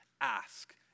ask